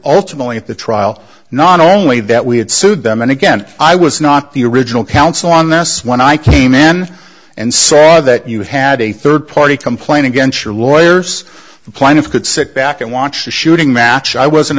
ultimately at the trial not only that we had sued them and again i was not the original counsel on this when i came in and saw that you had a third party complaint against your lawyers plan of could sit back and watch the shooting match i wasn't